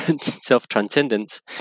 self-transcendence